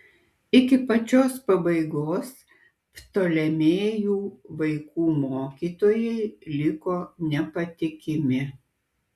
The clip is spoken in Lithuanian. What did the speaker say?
iki pačios pabaigos ptolemėjų vaikų mokytojai liko nepatikimi